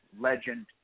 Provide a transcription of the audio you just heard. legend